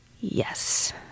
Yes